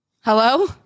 hello